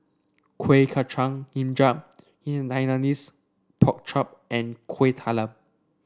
Kueh Kacang hijau in Hainanese Pork Chop and Kuih Talam